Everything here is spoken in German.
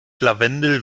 lavendel